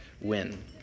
win